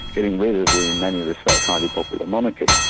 getting rid of the in many respects highly popular monarchy.